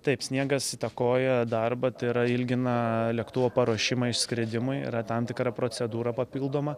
taip sniegas įtakoja darbą tai yra ilgina lėktuvo paruošimą išskridimui yra tam tikra procedūra papildoma